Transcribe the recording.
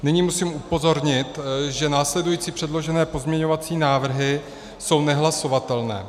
Nyní musím upozornit, že následující předložené pozměňovací návrhy jsou nehlasovatelné.